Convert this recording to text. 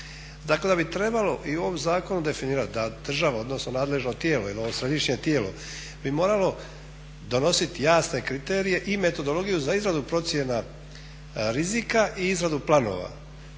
Dakle da bi trebalo i u ovom zakonu definirat da država odnosno nadležno tijelo, imamo središnje tijelo, bi moralo donosit jasne kriterije i metodologiju za izradu procjena rizika i izradu planova.